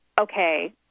okay –